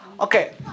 Okay